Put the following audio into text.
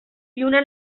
lluna